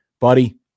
Buddy